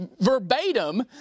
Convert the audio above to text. verbatim